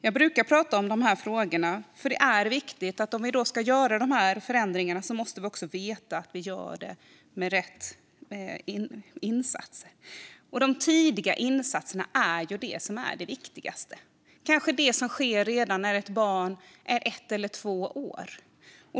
Jag brukar prata om dessa frågor därför att vi, om vi ska göra dessa förändringar, måste veta att det görs med rätt insats. Det är de tidiga insatserna som är viktigast - det som sker kanske redan när ett barn är ett eller två år.